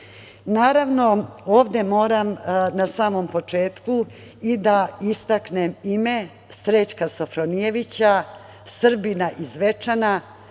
ovde moram na samom početku i da istaknem ime Srećka Sofronijevića, Srbina iz Zvečana,